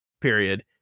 Period